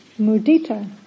mudita